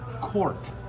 court